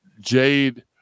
jade